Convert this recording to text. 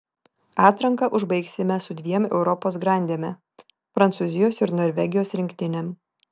atranką užbaigsime su dviem europos grandėme prancūzijos ir norvegijos rinktinėm